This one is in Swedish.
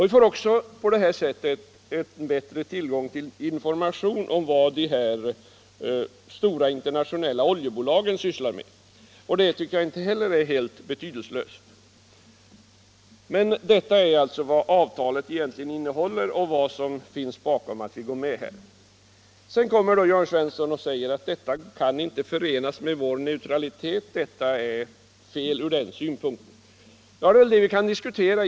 Vi får även bättre tillgång till information om vad de stora internationella oljebolagen sysslar med, och det tycker jag inte heller är helt betydelselöst. Detta är alltså vad avtalet egentligen innehåller och vad som ligger bakom att vi ansluter oss till det. Så kommer då Jörn Svensson och säger att detta inte kan förenas med vår neutralitet. Det är väl detta vi kan diskutera.